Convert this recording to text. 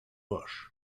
bush